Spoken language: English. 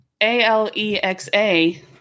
A-L-E-X-A